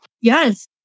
Yes